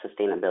sustainability